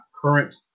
current